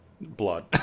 Blood